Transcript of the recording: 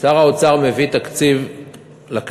שר האוצר מביא תקציב לכנסת,